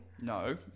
No